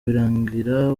birangira